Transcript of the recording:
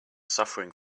suffering